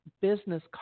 business